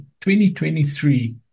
2023